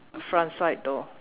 front side door